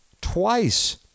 twice